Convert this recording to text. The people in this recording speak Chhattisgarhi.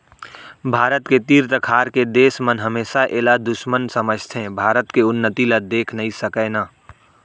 भारत के तीर तखार के देस मन हमेसा एला दुस्मन समझथें भारत के उन्नति ल देखे नइ सकय ना